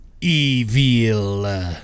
evil